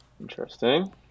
Interesting